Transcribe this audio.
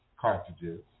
cartridges